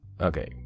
Okay